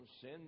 sin